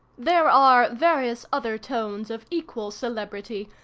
there are various other tones of equal celebrity,